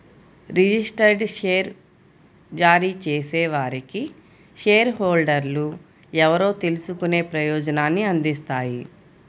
registered share జారీ చేసేవారికి share హోల్డర్లు ఎవరో తెలుసుకునే ప్రయోజనాన్ని అందిస్తాయి